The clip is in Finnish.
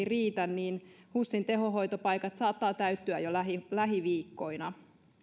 riitä niin husin tehohoitopaikat saattavat täyttyä jo lähiviikkoina